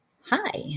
Hi